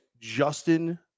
Justin